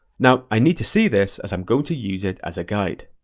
now i need to see this as i'm going to use it as a guide.